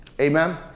Amen